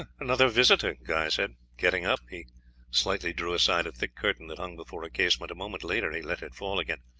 another visitor, guy said. getting up, he slightly drew aside a thick curtain that hung before a casement, a moment later he let it fall again.